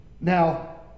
Now